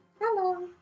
Hello